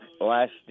last